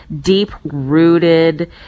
deep-rooted